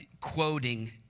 quoting